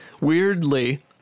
Weirdly